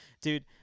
Dude